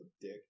Dick